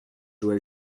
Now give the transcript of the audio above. joël